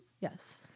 Yes